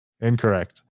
Incorrect